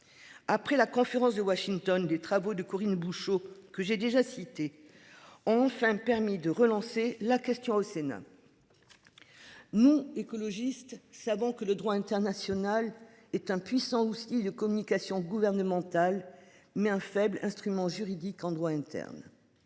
Après la conférence de Washington. Des travaux de Corinne Bouchoux que j'ai déjà cité ont enfin permis de relancer la question au Sénat. Nous écologistes, savons que le droit international est impuissant aussi de communication gouvernementale, mais un faible instrument juridique en droit interne.